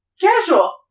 Casual